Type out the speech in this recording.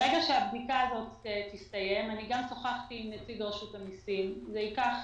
שהבדיקה הזאת תסתיים שוחחתי עם נציג רשות המיסים זה ייקח